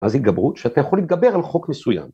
‫אז התגברות שאתה יכול ‫להתגבר על חוק מסוים.